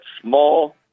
small